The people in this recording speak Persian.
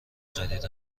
خرید